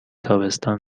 تابستان